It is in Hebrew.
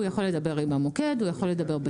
הוא יכול לדבר עם המוקד, הוא יכול לדבר בצ'ט.